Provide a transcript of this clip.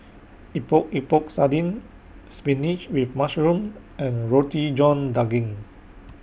Epok Epok Sardin Spinach with Mushroom and Roti John Daging